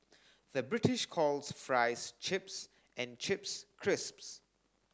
the British calls fries chips and chips crisps